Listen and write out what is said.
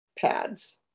pads